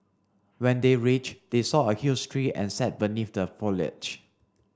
when they reach they saw a huge tree and sat beneath the foliage